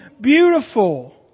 beautiful